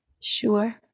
Sure